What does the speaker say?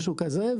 משהו כזה,